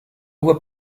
vois